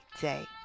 day